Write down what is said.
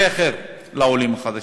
זכר לעולים החדשים.